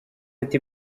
ati